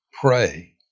pray